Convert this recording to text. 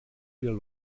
wieder